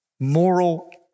Moral